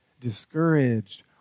discouraged